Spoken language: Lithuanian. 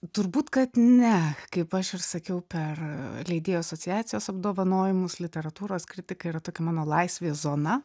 turbūt kad ne kaip aš ir sakiau per leidėjų asociacijos apdovanojimus literatūros kritika yra tokia mano laisvė zona